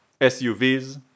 SUVs